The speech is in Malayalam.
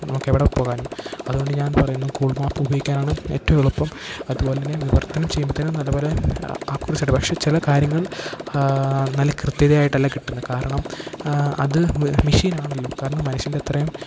നമുക്കെവിടെ പോകാനും അതുകൊണ്ട് ഞാൻ പറയുന്നു ഗൂഗിൾ മാപ്പ് ഉപയോഗിക്കാനാണ് ഏറ്റവും എളുപ്പം അതുപോലെ തന്നെ വിവർത്തനം ചെയ്യുമ്പോഴത്തേനും നല്ലപോലെ ആക്കുറസായിട്ട് പറയും പക്ഷെ ചില കാര്യങ്ങൾ നല്ല കൃത്യതയായിട്ടല്ലാ കിട്ടുന്നത് കാരണം അത് മെഷീനാണല്ലോ കാരണം മനുഷ്യൻ്റത്രയും